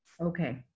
Okay